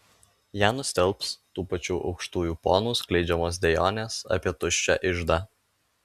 ją nustelbs tų pačių aukštųjų ponų skleidžiamos dejonės apie tuščią iždą